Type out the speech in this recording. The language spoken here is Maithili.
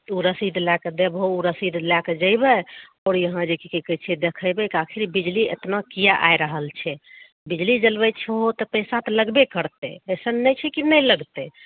ओ रसीद लएके देबहो ओ रसीद लएके जैबै आओर यहाॅं जे कि की कहै छै देखैबै कि आखिर बिजली एतना कियै आइ रहल छै बिजली जलबै छहो तऽ पैसा तऽ लगबे करतै ऐसन नहि छै कि नहि लगतै